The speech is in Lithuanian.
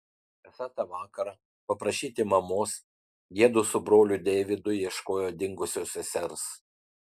esą tą vakarą paprašyti mamos jiedu su broliu deividu ieškojo dingusios sesers